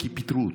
כי פיטרו אותו.